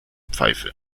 pfeife